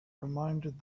reminded